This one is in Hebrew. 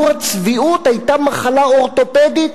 לו הצביעות היתה מחלה אורתופדית,